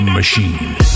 machine